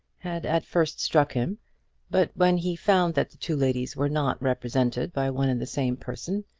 had at first struck him but when he found that the two ladies were not represented by one and the same person,